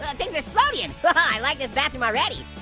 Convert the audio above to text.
ah things are exploding. and but i like this bathroom already